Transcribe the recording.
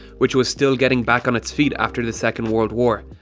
which was still getting back on its feet after the second world war.